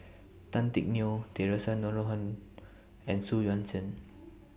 Tan Teck Neo Theresa Noronha and Xu Yuan Zhen